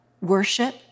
worship